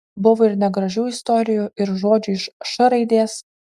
buvo ir negražių istorijų ir žodžių iš š raidės